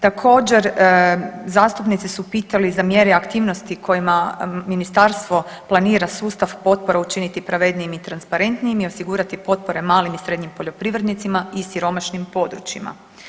Također zastupnici su pitali za mjere aktivnosti kojima ministarstvo planira sustav potpora učiniti pravednijim i transparentnijim i osigurati potpore malim i srednjim poljoprivrednicima i siromašnim područjima.